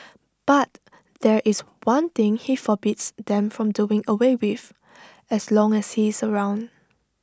but there is one thing he forbids them from doing away with as long as he is around